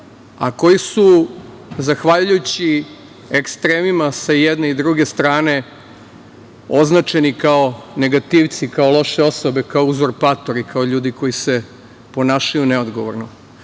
a koji su zahvaljujući ekstremima sa jedne i druge strane označeni kao negativci, kao loše osobe, kao uzurpatori, kao ljudi koji se ponašaju neodgovorno. Mislim